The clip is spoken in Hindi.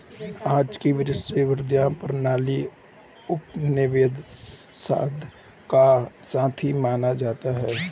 आज का वैश्विक वित्तीय प्रणाली उपनिवेशवाद का साथी माना जाता है